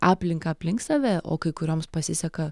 aplinką aplink save o kai kurioms pasiseka